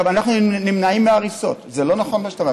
אנחנו נמנעים מהריסות, זה לא נכון מה שאתה אומר.